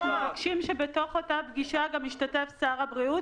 אנחנו מבקשים שבאותה פגישה גם ישתתף שר הבריאות.